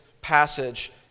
passage